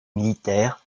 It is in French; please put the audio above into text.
militaires